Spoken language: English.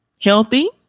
healthy